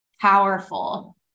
powerful